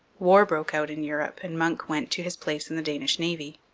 war broke out in europe, and munck went to his place in the danish navy.